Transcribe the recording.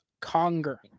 Conger